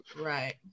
Right